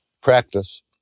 practice